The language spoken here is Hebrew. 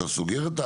אתה סוגר את,